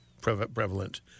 prevalent